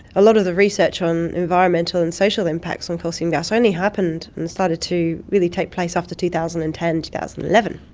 a lot of the research on environmental and social impacts on coal seam gas only happened and started to really take place after two thousand and ten, two thousand and eleven.